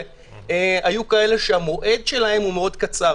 היו כאלה שהמועד שלהם הוא מאוד קצר.